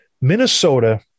Minnesota